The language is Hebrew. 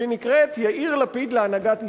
שנקראת "יאיר לפיד להנהגת ישראל"